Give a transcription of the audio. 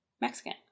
Mexican